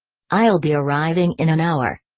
i'll be arriving in an hour.